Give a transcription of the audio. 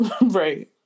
Right